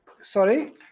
sorry